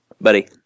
Buddy